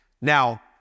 Now